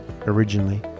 originally